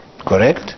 Correct